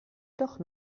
doch